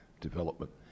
development